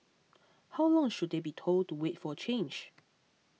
how long should they be told to wait for change